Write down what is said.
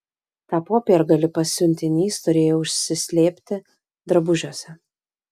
tą popiergalį pasiuntinys turėjo užsislėpti drabužiuose